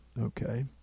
okay